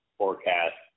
forecast